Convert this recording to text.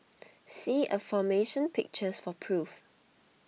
see aforementioned pictures for proof